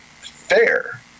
fair